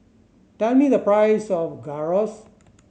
tell me the price of Gyros